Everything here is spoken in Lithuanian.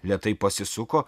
lėtai pasisuko